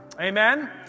Amen